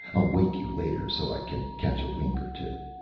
i'll wake you later so i can catch a wink or two.